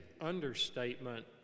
understatement